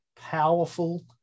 powerful